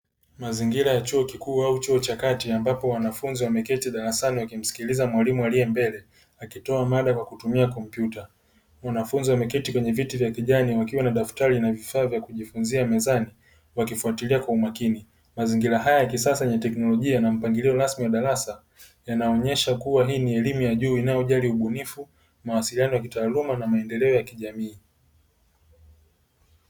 Mazingira ya chuo kikuu au chuo cha kati ambapo wanafunzi wamekaa wakimsikiliza mwalimu aliyekaa mbele akitoa mada kwa kutumia kompyuta wanafunzi wameketi kwenye viti vya kijani wakiwa na daftari na vifaa vya kujifunzia mezani wakifuatilia kwa makini mazingira haya yenye mpangilio na teknolojia ya kisasa ya darasa yanaonyesha hii ni elimu ya juu inayojali ubunifu mawasiliano ya kitaaluma na maendeleo ya kijamii.